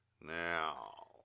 Now